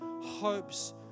hopes